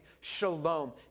shalom